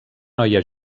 noia